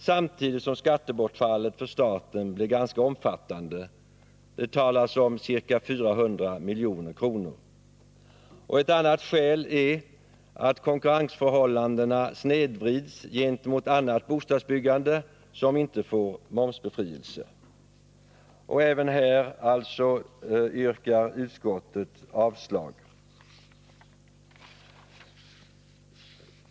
Samtidigt blir skattebortfallet för staten ganska omfattande — det talas om ca 400 milj.kr. Ett annat skäl är att konkurrensförhållandena snedvrids gentemot annat bostadsbyggande som inte får momsbefrielse. Utskottet avstyrker alltså även detta förslag.